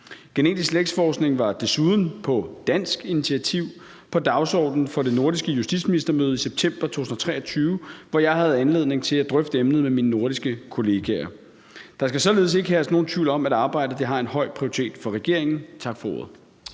Genetisk slægtsforskning var desuden på dansk initiativ på dagsordenen for det nordiske justitsministermøde i september 2023, hvor jeg havde anledning til at drøfte emnet med mine nordiske kollegaer. Der skal således ikke herske nogen tvivl om, at arbejdet har en høj prioritet for regeringen. Tak for ordet.